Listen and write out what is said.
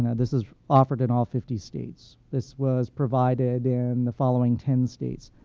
and this is offered in all fifty states. this was provided in the following ten states.